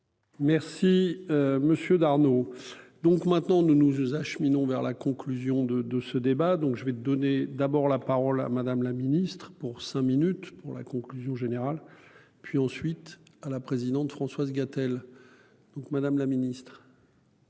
Monsieur d'Arnaud. Donc maintenant nous nous nous acheminons vers la conclusion de de ce débat, donc je vais donner d'abord la parole à Madame la Ministre pour cinq minutes pour la conclusion générale. Puis ensuite à la présidente Françoise Gatel. Donc Madame la Ministre.